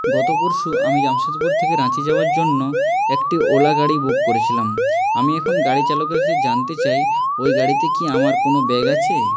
গত পরশু আমি জামশেদপুর থেকে রাঁচি যাওয়ার জন্য একটি ওলা গাড়ি বুক করেছিলাম আমি এখন গাড়িচালকের কাছে জানতে চাই ওই গাড়িতে কি আমার কোনও ব্যাগ আছে